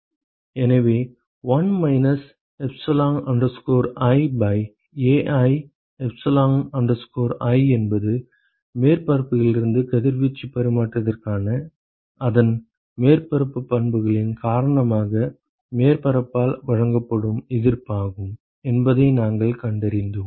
எனவே 1 minus epsilon i by Ai epsilon i என்பது மேற்பரப்பிலிருந்து கதிர்வீச்சு பரிமாற்றத்திற்கான அதன் மேற்பரப்பு பண்புகளின் காரணமாக மேற்பரப்பால் வழங்கப்படும் எதிர்ப்பாகும் என்பதை நாங்கள் கண்டறிந்தோம்